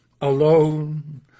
Alone